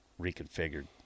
reconfigured